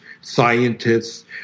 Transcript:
scientists